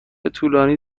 طولانی